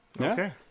Okay